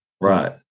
right